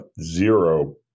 zero